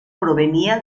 provenía